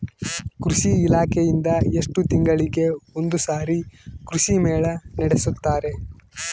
ಕೃಷಿ ಇಲಾಖೆಯಿಂದ ಎಷ್ಟು ತಿಂಗಳಿಗೆ ಒಂದುಸಾರಿ ಕೃಷಿ ಮೇಳ ನಡೆಸುತ್ತಾರೆ?